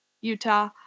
Utah